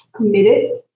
committed